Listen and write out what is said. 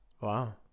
Wow